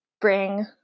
bring